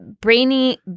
brainy